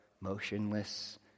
motionless